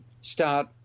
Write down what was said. start